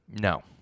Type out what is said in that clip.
No